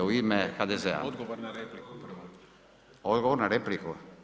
U ime HDZ-a … [[Upadica se ne čuje.]] Odgovor na repliku?